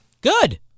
Good